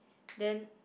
then